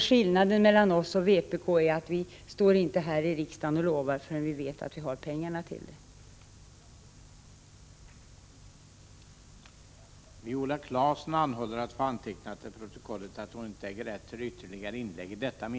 Skillnaden mellan oss och vpk är att vi inte står här i riksdagen och lovar förrän vi vet att vi har pengarna till det hela.